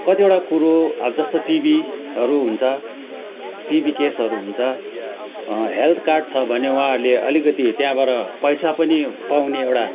कतिवटा कुरो अब जस्तै टिबीहरू हुन्छ टिबी केसहरू हुन्छ हेल्थ कार्ड छ भने उहाँहरूले अलिकिति त्यहाँबाट पैसा पनि पाउने एउटा